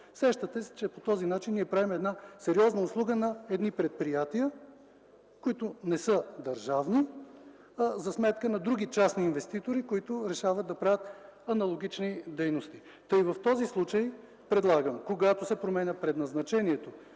Сещате се, че по този начин ние правим една сериозна услуга на едни предприятия, които не са държавни, за сметка на други частни инвеститори, които решават да правят аналогични дейности. В този случай предлагам, когато се променя предназначението